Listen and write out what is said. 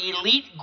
elite